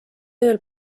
ööl